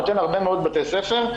הוא נותן הרבה מאוד לבתי הספר,